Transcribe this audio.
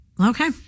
Okay